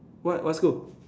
what what school